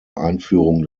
einführung